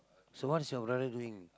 so what is your brother doing